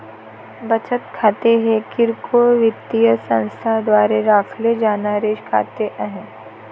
बचत खाते हे किरकोळ वित्तीय संस्थांद्वारे राखले जाणारे खाते आहे